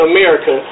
America